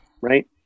right